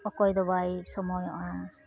ᱚᱠᱚᱭ ᱫᱚ ᱵᱟᱭ ᱥᱚᱢᱚᱭᱚᱜᱼᱟ